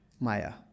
Maya